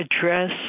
address